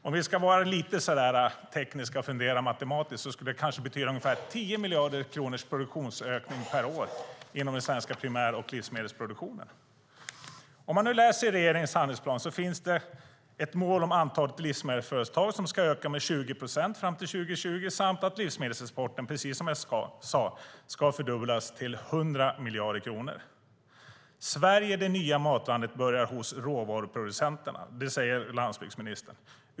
Om vi ska vara lite tekniska och fundera matematiskt skulle det kanske betyda en produktionsökning på ungefär 10 miljarder kronor per år inom den svenska primär och livsmedelsproduktionen. Om man läser regeringens handlingsplan ser man att det finns ett mål för antalet livsmedelsföretag, som ska öka med 20 procent fram till 2020, samt att livsmedelsexporten precis som jag sade ska fördubblas till 100 miljarder kronor. "Sverige det nya matlandet börjar hos råvaruproducenterna", säger landsbygdsministern.